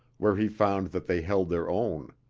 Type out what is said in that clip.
where he found that they held their own.